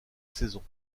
saison